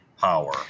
power